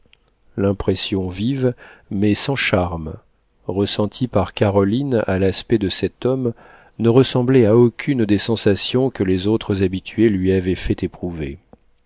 l'impression vive mais sans charme ressentie par caroline à l'aspect de cet homme ne ressemblait à aucune des sensations que les autres habitués lui avaient fait éprouver